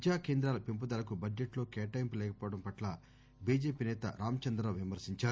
విద్య కేంద్రాల పెంపుదలకు బడ్షెట్లో కేటాయింపు లేకపోవడం పట్ల బిజెపి సేత రాం చందర్ రావు విమర్పించారు